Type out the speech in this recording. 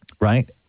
Right